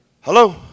Hello